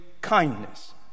kindness